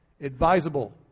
Advisable